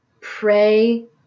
pray